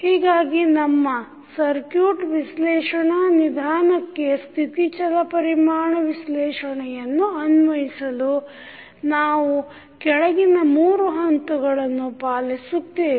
ಹೀಗಾಗಿ ನಮ್ಮ ಸರ್ಕ್ಯೂಟ್ ವಿಶ್ಲೇಷಣ ನಿಧಾನಕ್ಕೆ ಸ್ಥಿತಿ ಚಲ ಪರಿಮಾಣ ವಿಶ್ಲೇಷಣೆಯನ್ನು ಅನ್ವಯಿಸಲು ನಾವು ಕೆಳಗಿನ 3 ಹಂತಗಳನ್ನು ಪಾಲಿಸುತ್ತೇವೆ